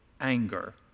anger